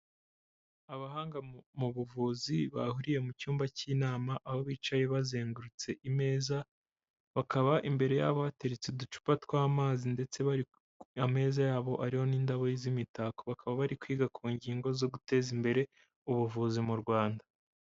Abahanga mu buvuzi bahuriye mu cyumba k'inama, aho bicaye bazengurutse imeza, bakaba imbere yabo bateretse uducupa tw'amazi ndetse bari, ameza yabo ariho n'indabo z'imitako, bakaba bari kwiga ku ngingo zo guteza imbere ubuvuzi mu Rwanda.